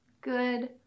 Good